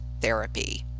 therapy